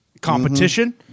competition